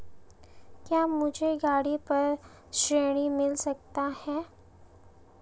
क्या मुझे गाड़ी पर ऋण मिल सकता है?